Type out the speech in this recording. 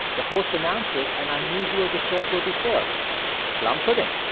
the host announces an unusual dessert will be served plum pudding